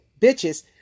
bitches